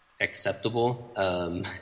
acceptable